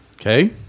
Okay